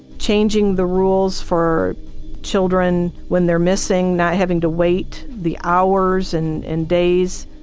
changing the rules for children when they're missing, not having to wait the hours and and days.